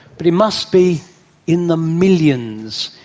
but it must be in the millions.